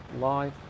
live